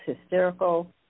hysterical